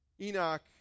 Enoch